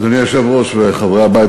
אדוני היושב-ראש וחברי הבית,